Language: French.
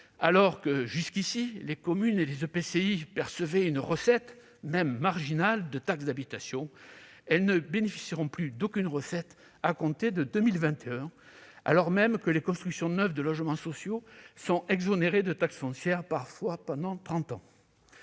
alors que, jusqu'ici, les communes et les EPCI percevaient une recette, même marginale, de taxe d'habitation, ils ne bénéficieront plus d'aucune recette à compter de 2021, alors même que les constructions neuves de logements sociaux sont exonérées de taxe foncière parfois pendant trente